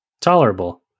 Tolerable